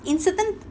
in certain